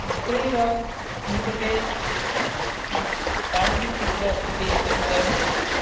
तत्रैव निकटे पाट्लीपुत्रम् इति नगरं वर्तते